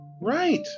right